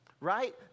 right